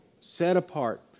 set-apart